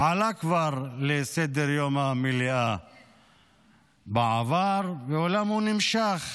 עלה כבר לסדר-יום המליאה בעבר, אולם הוא נמשך